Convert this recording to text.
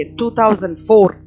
2004